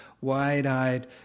wide-eyed